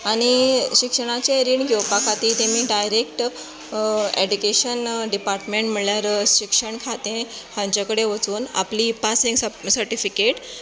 आनी शिक्षणाचें रीण घेवपा खाती तेमी डायरेक्ट एडुकेशन डिपार्टमेंट म्हणल्यार शिक्षण खातें हांचे कडेन वचून आपली पासींग सप सर्टिफिकेट